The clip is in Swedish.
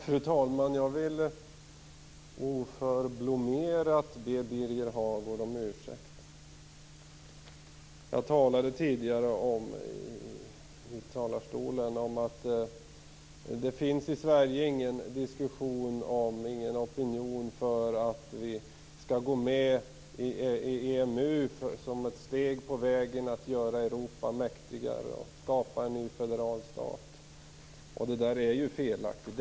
Fru talman! Jag vill oförblommerat be Birger Hagård om ursäkt. Jag sade tidigare från talarstolen att det i Sverige inte finns någon opinion för att vi skall gå med i EMU som ett steg på vägen till att göra Europa mäktigare och skapa en federal stat. Det är ju felaktigt.